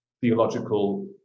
theological